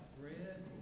bread